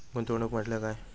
गुंतवणूक म्हटल्या काय?